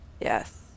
Yes